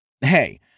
Hey